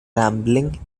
rambling